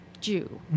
Jew